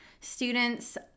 Students